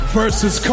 versus